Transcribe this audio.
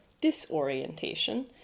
disorientation